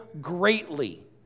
greatly